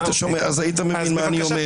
אז היית מבין מה אני אומר.